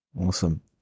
Awesome